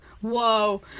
Whoa